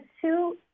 two